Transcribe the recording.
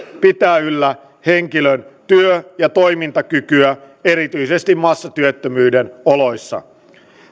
pitää yllä henkilön työ ja toimintakykyä erityisesti massatyöttömyyden oloissa